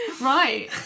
Right